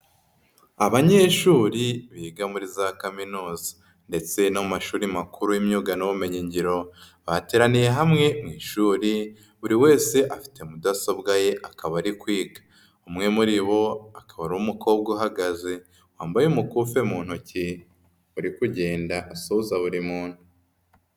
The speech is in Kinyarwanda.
Abanyeshuri biga muri za kaminuza ndetse no mu mashuri makuru y'imyuga n'ubumenyingiro bateraniye hamwe mu ishuri, buri wese afite mudasobwa ye akaba ari kwiga, umwe muri bo akaba ari umukobwa uhagaze wambaye umukufe mu ntoki, uri kugenda asuhuza buri muntu.